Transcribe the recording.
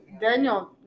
Daniel